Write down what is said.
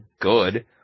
good